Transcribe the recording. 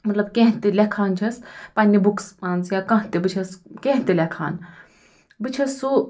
مطلب کیٚنٛہہ تہِ لٮ۪کھان چھَس پنٛنہِ بُکٕس منٛز یا کانٛہہ تہِ بہٕ چھَس کیٚنٛہہ تہِ لٮ۪کھان بہٕ چھَس سُہ